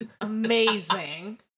Amazing